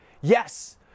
Yes